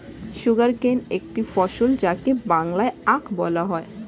sugarcane একটি ফসল যাকে বাংলায় আখ বলা হয়